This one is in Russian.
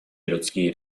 людские